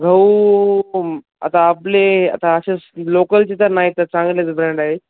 गहू कोम् आता आपले आता असेस लोकलचे तर नाहीतच चांगलेच ब्रँड आहेत